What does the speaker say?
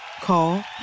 Call